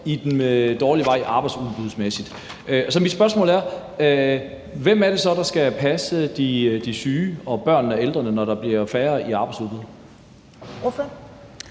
i den dårlige retning arbejdsudbudsmæssigt, og mit spørgsmål er: Hvem er det så, der skal passe de syge og børnene og de ældre, når der bliver færre i arbejdsudbud?